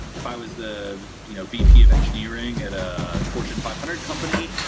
if i was the you know vp of engineering at a fortune five hundred company,